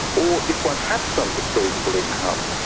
or, if one had some disposable income,